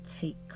Take